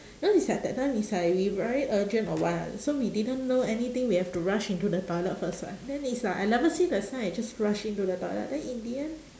cause it's like that time is like we very urgent or what so we didn't know anything we have to rush into the toilet first [what] then it's like I never see the sign I just rush into the toilet then in the end